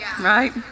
right